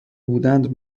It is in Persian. بودند